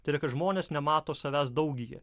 tai yra kad žmonės nemato savęs daugyje